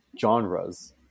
Genres